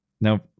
Now